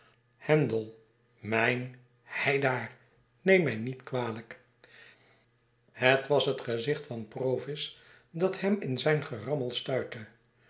handel mijn heidaar neem mij niet kwalijk het was het gezicht van provis dat hem in zijn gerammel